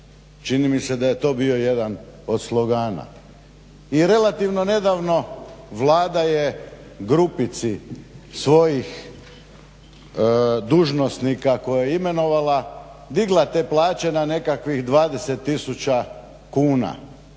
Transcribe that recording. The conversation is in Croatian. čini mi se da je to bio jedan od slogana. I relativno nedavno Vlada je grupici svojih dužnosnika koje je imenovala digla te plaće na nekakvih 20 tisuća kuna.